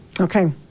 Okay